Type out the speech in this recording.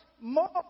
more